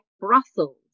brussels